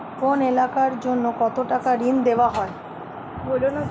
কোন এলাকার জন্য কত টাকা ঋণ দেয়া হয়?